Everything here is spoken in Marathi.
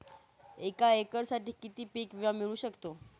एका एकरसाठी किती पीक विमा मिळू शकतो?